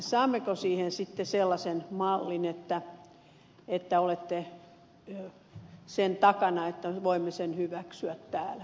saammeko siihen sitten sellaisen mallin että olette sen takana että voimme sen hyväksyä täällä